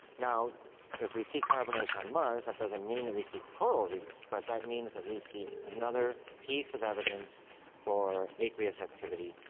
if we see carbonates on mars, that doesn't mean that we see coral reefs, but that means that we see another piece of evidence for aqueous activity.